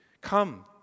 Come